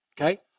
okay